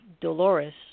Dolores